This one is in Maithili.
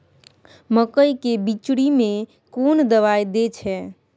मकई के बिचरी में कोन दवाई दे छै?